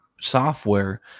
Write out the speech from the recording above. software